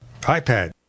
iPad